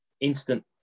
instant